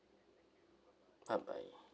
bye bye